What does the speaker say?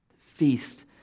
feast